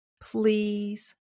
please